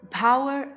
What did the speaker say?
,power